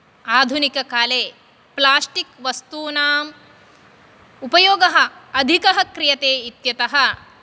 आधुनिककाले प्लास्टिक्वस्तूनां उपयोगः अधिकः क्रियते इत्यतः